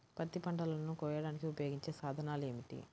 పత్తి పంటలను కోయడానికి ఉపయోగించే సాధనాలు ఏమిటీ?